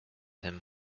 him